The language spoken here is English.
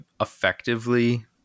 effectively